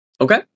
Okay